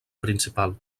principal